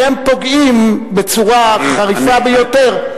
שהם פוגעים בצורה חריפה ביותר.